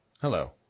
Hello